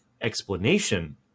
explanation